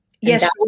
Yes